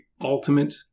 ultimate